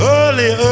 early